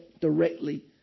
directly